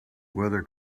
weather